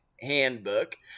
handbook